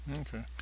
Okay